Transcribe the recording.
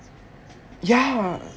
yeah